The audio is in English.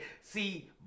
See